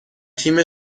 تیم